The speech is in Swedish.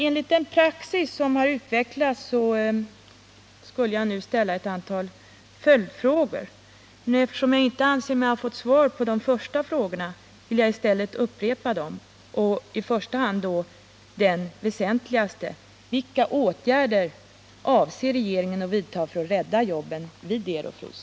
Enligt den praxis som har utvecklats skulle jag nu ställa ett antal följdfrågor, men eftersom jag anser att jag inte har fått svar på de första frågorna vill jag i stället upprepa dem, och i första hand då den mest väsentliga: Vilka åtgärder avser regeringen att vidta för att rädda jobben vid Ero-Frys?